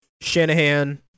Shanahan